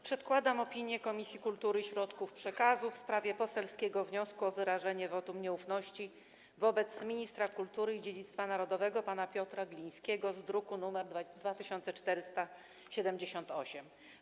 Przedkładam opinię Komisji Kultury i Środków Przekazu w sprawie poselskiego wniosku o wyrażenie wotum nieufności wobec ministra kultury i dziedzictwa narodowego pana Piotra Glińskiego z druku nr 2478.